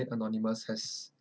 anonymous has